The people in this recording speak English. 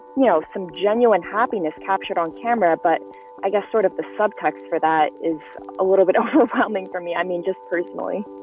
you know, some genuine happiness captured on camera but i guess sort of the subtext for that is a little bit overwhelming for me i mean, just briefly,